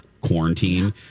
quarantine